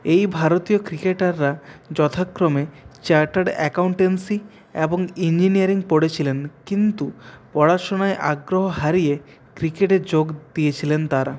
এই ভারতীয় ক্রিকেটাররা যথাক্রমে চাটার্ড অ্যাকাউন্টেন্সি এবং ইঞ্জিনিয়ারিং পড়েছিলেন কিন্তু পড়াশোনায় আগ্রহ হারিয়ে ক্রিকেটে যোগ দিয়েছিলেন তারা